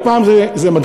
ופעם זה מדריכים,